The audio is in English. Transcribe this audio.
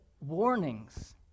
warnings